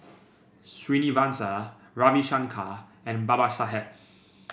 Srinivasa Ravi Shankar and Babasaheb